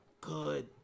good